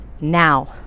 now